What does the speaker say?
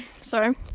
Sorry